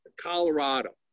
Colorado